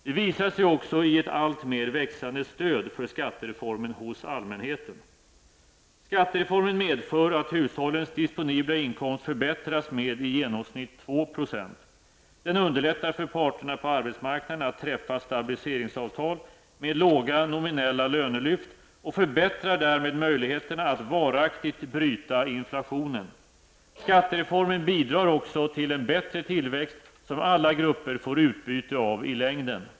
Det visar sig också i ett alltmer växande stöd för skattereformen hos allmänheten. Skattereformen medför att hushållens disponibla inkomst förbättras med i genomsnitt 2 %. Den underlättar för parterna på arbetsmarknaden att träffa stabiliseringsavtal med låga nominella lönelyft och förbättrar därmed möjligheterna att varaktigt bryta inflationen. Skattereformen bidrar också till en bättre tillväxt som alla grupper får utbyte av i längden.